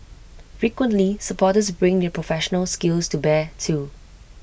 frequently supporters bring their professional skills to bear too